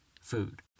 food